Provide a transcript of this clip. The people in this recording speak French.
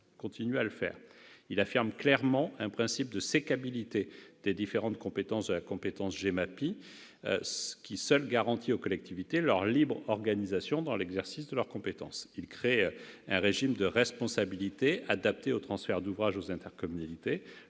il affirme clairement un principe de sécabilité des différentes composantes de la compétence GEMAPI qui seul garantit aux collectivités territoriales leur libre organisation dans l'exercice de cette compétence ; il crée un régime de responsabilité adapté aux transferts d'ouvrages aux intercommunalités,